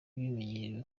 bimenyerewe